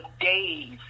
days